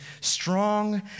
strong